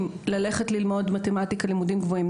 ללכת ללמוד מתמטיקה בלימודים גבוהים,